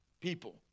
people